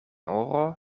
oro